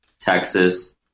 Texas